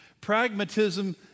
Pragmatism